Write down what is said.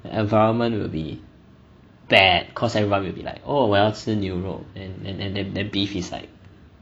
environment will be bad cause everybody will be like oh 我要吃牛肉 then then then then then beef is like